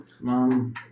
mom